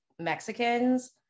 mexicans